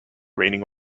raining